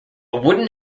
wooden